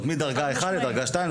מדרגה 1 לדרגה 2,